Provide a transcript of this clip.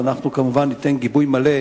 ואנחנו כמובן ניתן גיבוי מלא,